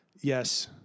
Yes